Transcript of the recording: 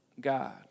God